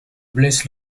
blesse